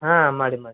ಹಾಂ ಮಾಡಿ ಮಾಡಿ